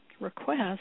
request